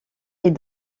est